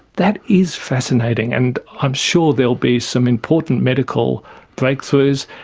that is fascinating, and i'm sure there'll be some important medical breakthroughs,